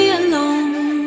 alone